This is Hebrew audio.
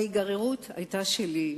ההיגררות היתה שלי.